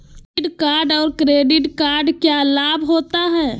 Debit card और credit card क्या लाभ होता है?